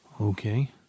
Okay